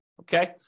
okay